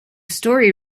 story